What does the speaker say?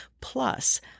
Plus